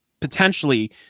potentially